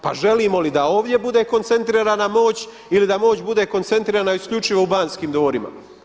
Pa želimo li da ovdje bude koncentrirana moć ili da moć bude koncentrirana isključivo u Banskim dvorima.